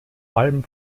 allem